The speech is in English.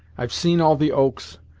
i've seen all the oaks,